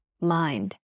mind